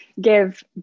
give